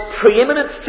preeminent